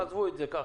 עזבו את זה ככה.